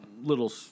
little